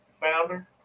founder